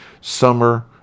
summer